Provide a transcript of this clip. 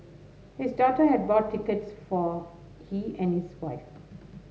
his daughter had bought tickets for he and his wife